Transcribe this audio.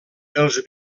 els